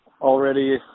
already